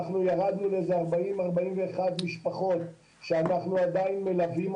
ירדנו ל-40-41 משפחות שאנחנו עדיין מלווים.